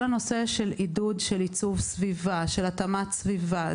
כל הנושא של עידוד התאמת סביבה ועיצובה,